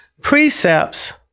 precepts